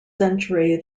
century